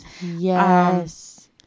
Yes